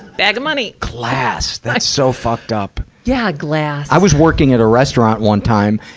bag of money! glass! that's so fucked up. yeah, glass. i was working at a restaurant one time,